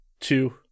two